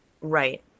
Right